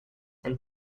and